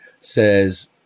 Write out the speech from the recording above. says